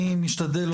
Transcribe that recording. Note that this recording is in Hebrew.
אני משתדל לא.